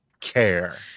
care